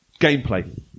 Gameplay